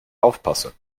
aufpasse